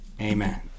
Amen